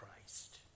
Christ